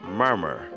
murmur